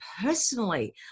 personally